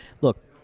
look